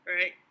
right